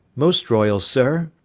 most royal sir,